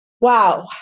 Wow